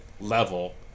level